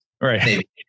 Right